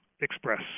express